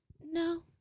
No